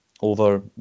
over